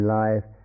life